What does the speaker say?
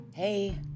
Hey